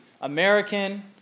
American